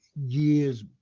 years